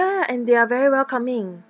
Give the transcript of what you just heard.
ya and they are very welcoming